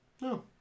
no